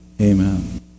Amen